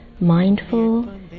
mindful